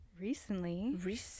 recently